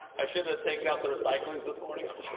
i should have taken out the recycling this morning.